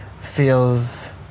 feels